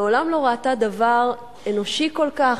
מעולם לא ראתה דבר אנושי כל כך,